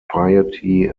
piety